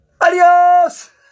Adios